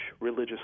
religious